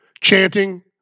Chanting